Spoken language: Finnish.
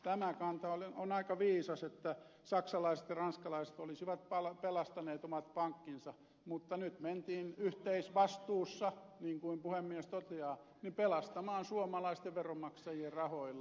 tämä kanta on aika viisas että saksalaiset ja ranskalaiset olisivat pelastaneet omat pankkinsa mutta nyt mentiin yhteisvastuussa niin kuin puhemies toteaa pelastamaan suomalaisten veronmaksajien rahoilla